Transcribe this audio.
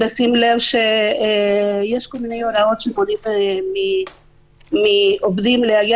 בשים לב שיש כל מיני הוראות לעובדים להגיע